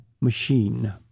Machine